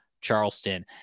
Charleston